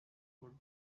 would